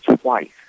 twice